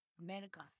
America